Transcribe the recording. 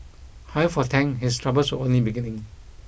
however for Tang his troubles were only beginning